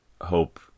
hope